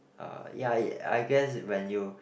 uh ya I guess when you